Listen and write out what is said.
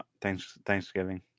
Thanksgiving